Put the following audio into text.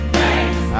thanks